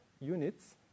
units